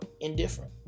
indifferent